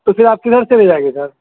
تو پھر آپ کدھر سے لے جائیں گے